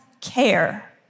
care